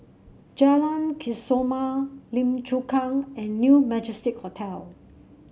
Jalan Kesoma Lim Chu Kang and New Majestic Hotel